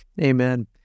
Amen